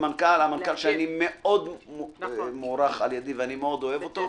מאוד את מנכ"ל משרד הבינוי והשיכון ואני אוהב אותו מאוד.